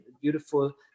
beautiful